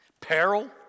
peril